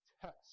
test